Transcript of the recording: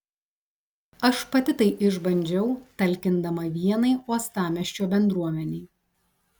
aš pati tai išbandžiau talkindama vienai uostamiesčio bendruomenei